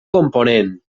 component